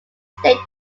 state